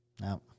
No